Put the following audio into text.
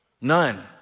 none